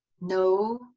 no